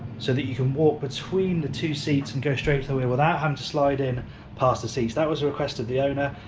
so that you can walk between the two seats and go straight to the wheel without having to slide in past the seats, that was a request of the owner,